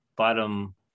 bottom